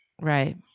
Right